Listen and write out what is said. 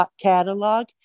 catalog